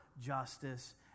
justice